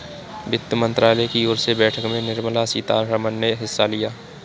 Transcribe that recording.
वित्त मंत्रालय की ओर से बैठक में निर्मला सीतारमन ने हिस्सा लिया